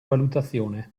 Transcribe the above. valutazione